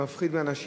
מפחיד את האנשים.